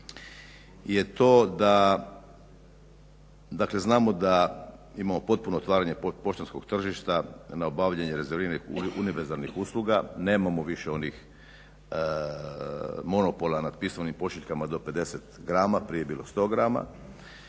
je to da dakle znamo da imamo potpuno otvaranje poštanskog tržišta, na obavljanje rezerviranih univerzalnih usluga, nemamo više onih monopola na pismenim pošiljkama do 50 grama, prije je bilo 100 grama,